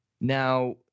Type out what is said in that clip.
Now